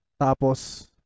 tapos